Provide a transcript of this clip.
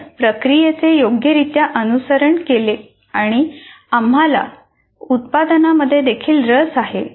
आपण प्रक्रियेचे योग्यरित्या अनुसरण केले आणि आम्हाला उत्पादनामध्ये देखील रस आहे